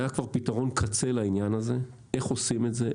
כבר היה לעניין הזה פתרון קצה איך עושים את זה,